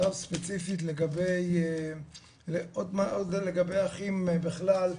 עכשיו ספציפית, עוד לגבי האחים בכלל,